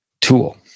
tool